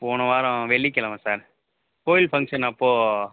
போன வாரம் வெள்ளிக்கிழமை சார் கோயில் ஃபங்க்ஷன் அப்போ